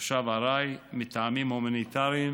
תושב ארעי, מטעמים הומניטריים